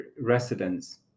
residents